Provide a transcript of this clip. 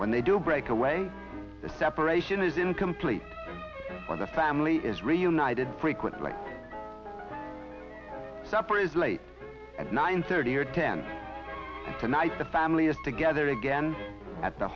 when they do break away the separation is incomplete or the family is reunited frequently late at nine thirty or ten tonight the family is together again at the